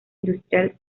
industrial